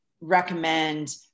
recommend